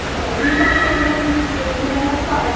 हो मी कच्चा चिवडा पण इथून घेते मुलांना खूप आवडतो